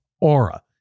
Aura